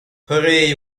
hooray